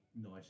nice